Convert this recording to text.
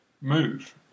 move